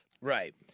Right